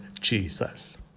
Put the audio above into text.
Jesus